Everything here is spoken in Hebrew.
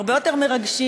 הרבה יותר מרגשים,